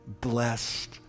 blessed